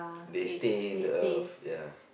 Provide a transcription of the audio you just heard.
they stay in the earth ya